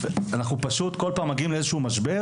אנחנו פשוט כל פעם מגיעים לאיזה שהוא משבר